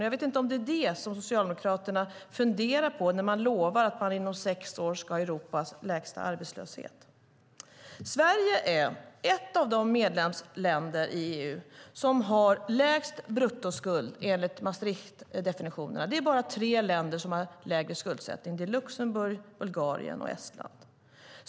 Jag vet inte om det är det som Socialdemokraterna funderar på när de lovar att de inom sex år ska ha Europas lägsta arbetslöshet. Sverige är ett av de medlemsländer i EU som har lägst bruttoskuld enligt Maastrichtdefinitionen. Det är bra tre länder som har lägre skuldsättning. Det är Luxemburg, Bulgarien och Estland.